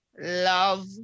love